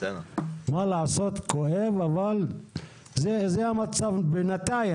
מה לעשות, כואב, אבל זה המצב בינתיים.